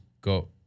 go